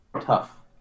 tough